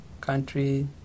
country